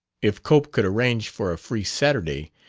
if cope could arrange for a free saturday,